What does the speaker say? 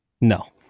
No